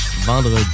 vendredi